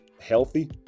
healthy